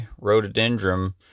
rhododendron